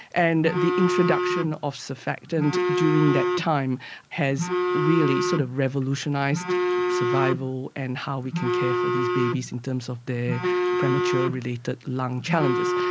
and the introduction of surfactant during that time has really sort of revolutionised survival and how we can care for these babies in terms of their premature related lung challenges.